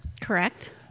Correct